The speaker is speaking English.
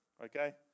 okay